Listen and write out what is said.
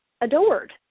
adored